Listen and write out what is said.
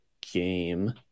game